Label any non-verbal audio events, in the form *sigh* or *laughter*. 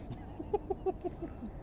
*laughs*